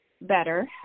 better